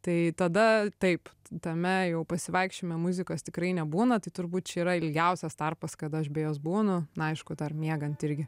tai tada taip tame jau pasivaikščiojime muzikos tikrai nebūna tai turbūt čia yra ilgiausias tarpas kada aš be jos būnu na aišku dar miegant irgi